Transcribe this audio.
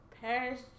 Paris